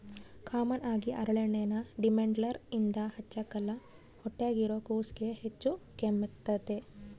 common ಆಗಿ ಹರಳೆಣ್ಣೆನ ದಿಮೆಂಳ್ಸೇರ್ ಇದ್ರ ಹಚ್ಚಕ್ಕಲ್ಲ ಹೊಟ್ಯಾಗಿರೋ ಕೂಸ್ಗೆ ಹೆಚ್ಚು ಕಮ್ಮೆಗ್ತತೆ